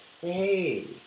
Hey